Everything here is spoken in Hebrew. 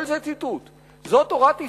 זאת תורת ישראל,